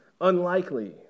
unlikely